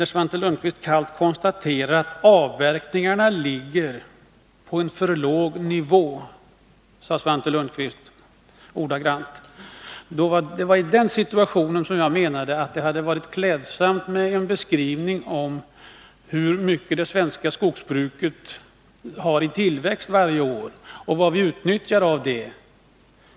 Han sade emellertid ordagrant: ”Avverkningarna ligger på en för låg nivå.” Det var på grund av det konstaterandet som jag menade att det hade varit klädsamt med en beskrivning av hur mycket det svenska skogsbruket har i tillväxt varje år och hur mycket av det som vi utnyttjar.